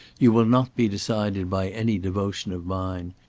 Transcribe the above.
you will not be decided by any devotion of mine.